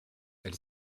elle